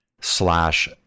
slash